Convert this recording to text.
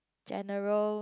general